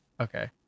Okay